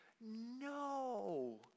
no